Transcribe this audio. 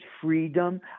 freedom